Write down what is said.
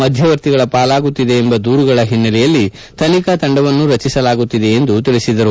ಮಧ್ಯವರ್ತಿಗಳ ಪಾಲಾಗುತ್ತಿದೆ ಎಂಬ ದೂರುಗಳ ಹಿನ್ನೆಲೆಯಲ್ಲಿ ತನಿಖಾ ತಂಡವನ್ನು ರಚಿಸಲಾಗುತ್ತಿದೆ ಎಂದು ಹೇಳದರು